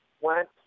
went